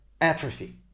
atrophy